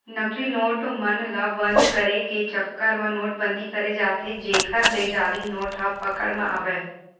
नकली नोट मन ल बंद करे के चक्कर म नोट बंदी करें जाथे जेखर ले जाली नोट ह पकड़ म आवय